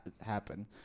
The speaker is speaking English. happen